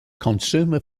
consumer